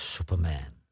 Superman